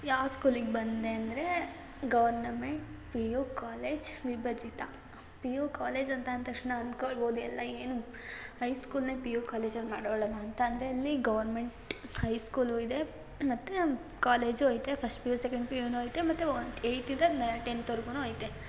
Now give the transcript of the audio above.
ಯಾವ ಸ್ಕೂಲಿಗೆ ಬಂದೆ ಅಂದರೆ ಗವರ್ನಮೆಂಟ್ ಪಿ ಯು ಕಾಲೇಜ್ ವಿಭಜಿತ ಪಿ ಯು ಕಾಲೇಜ್ ಅಂತ ಅಂದ ತಕ್ಷಣ ಅನ್ಕೊಳ್ಬೋದು ಎಲ್ಲ ಏನು ಹೈಸ್ಕೂಲನ್ನೇ ಪಿ ಯು ಕಾಲೇಜಲ್ಲಿ ಮಾಡವ್ಳಲ್ಲ ಅಂತ ಅಂದರೆ ಅಲ್ಲಿ ಗೌರ್ಮೆಂಟ್ ಹೈಸ್ಕೂಲೂ ಇದೆ ಮತ್ತು ಕಾಲೇಜೂ ಐತೆ first P U second P ಯುಯೂ ಐತೆ ಮತ್ತು ಒನ್ ಏಯ್ತಿಂದ ನ ಟೆಂತ್ವರ್ಗೂ ಐತೆ